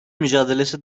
mücadelesi